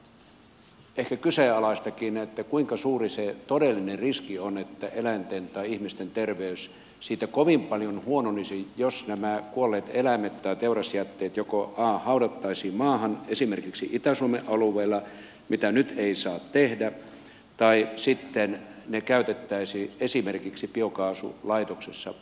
on ehkä kyseenalaistakin kuinka suuri se todellinen riski on että eläinten tai ihmisten terveys siitä kovin paljon huononisi jos nämä kuolleet eläimet tai teurasjätteet joko a haudattaisiin maahan esimerkiksi itä suomen alueella mitä nyt ei saa tehdä tai sitten b käytettäisiin esimerkiksi biokaasulaitoksessa hyväksi